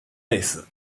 类似